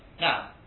now